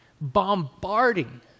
bombarding